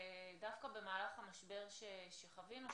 דווקא במהלך המשבר שחווינו,